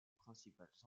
principales